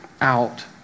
out